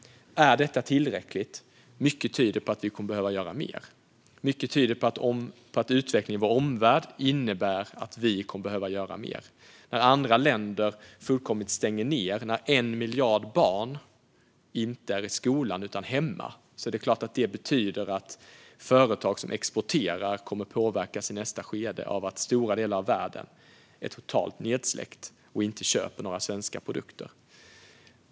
Är detta tillräckligt? Mycket tyder på att utvecklingen i vår omvärld innebär att vi kommer att behöva göra mer. När andra länder fullkomligt stänger ned, när 1 miljard barn inte är i skolan utan hemma, betyder det att exporterande företag kommer att påverkas i nästa skede av att stora delar av världen är totalt nedsläckta och inte köper några svenska produkter.